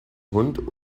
hund